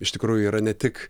iš tikrųjų yra ne tik